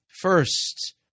first